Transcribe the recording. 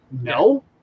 no